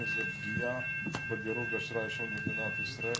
זה פגיעה בדירוג האשראי של מדינת ישראל.